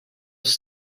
just